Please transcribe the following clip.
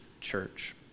church